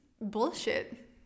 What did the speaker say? bullshit